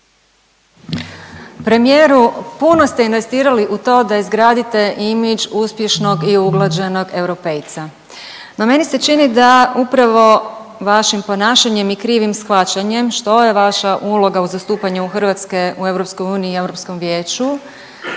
Premijeru puno ste investirali u to da izgradite image uspješnog i uglađenog europejca, no meni se čini da upravo vašim ponašanjem i krivim shvaćanjem što je vaša uloga u zastupanju Hrvatske u EU i Europskom